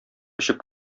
эчеп